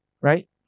right